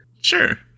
Sure